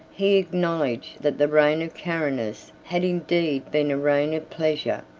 he acknowledged that the reign of carinus had indeed been a reign of pleasure.